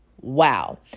Wow